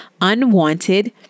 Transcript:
unwanted